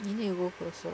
you need to go closer